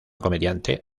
comediante